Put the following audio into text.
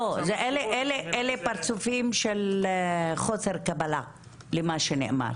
אלה פרצופים של חוסר קבלה למה שנאמר.